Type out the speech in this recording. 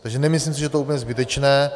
Takže nemyslím si, že je to úplně zbytečné.